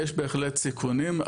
יש בהחלט סיכונים,